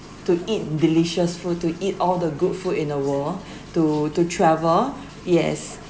to eat delicious food to eat all the good food in the world to to travel yes